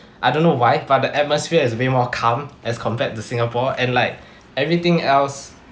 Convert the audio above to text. I don't know why but the atmosphere is way more calm as compared to singapore and like everything else